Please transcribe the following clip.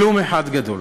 כלום אחד גדול.